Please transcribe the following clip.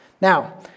Now